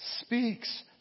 speaks